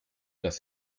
dass